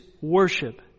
Worship